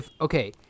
Okay